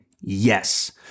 yes